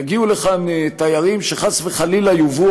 יגיעו לכאן תיירים שחס וחלילה יובאו